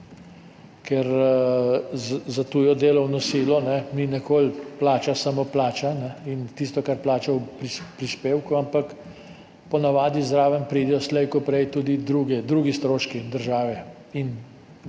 Ker za tujo delovno silo ni nikoli plača samo plača in tisto, kar plača v prispevku, ampak po navadi zraven pridejo slej ko prej tudi drugi stroški držav, to se